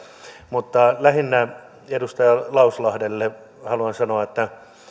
mutta lähinnä edustaja lauslahdelle haluan sanoa että